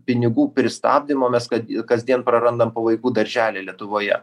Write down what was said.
pinigų pristabdymo mes kad kasdien prarandam po vaikų darželį lietuvoje